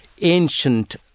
ancient